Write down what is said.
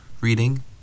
reading